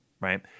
Right